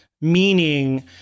meaning